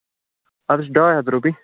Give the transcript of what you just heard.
اَدٕ یہِ چھِ ڈاے ہَتھ رۄپیہِ